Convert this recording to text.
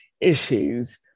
issues